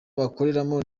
bakoreramo